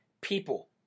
people